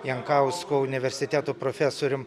jankausku universiteto profesorium